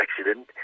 accident